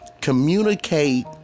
communicate